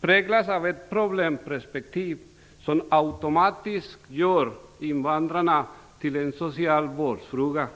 präglas av ett problemperspektiv som automatiskt gör invandrarna till en socialvårdsfråga.